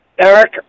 Eric